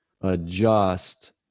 adjust